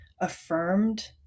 affirmed